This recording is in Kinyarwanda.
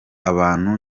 abantu